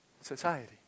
society